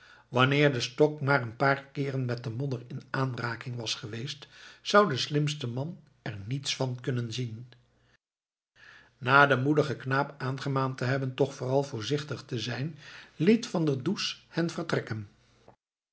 wanneer de stok maar een paar keeren met de modder in aanraking was geweest zou de slimste man er niets van kunnen zien na den moedigen knaap aangemaand te hebben toch vooral voorzichtig te zijn liet van der does hen vertrekken